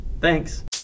Thanks